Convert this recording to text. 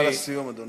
דקה לסיום, אדוני.